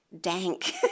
dank